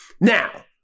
now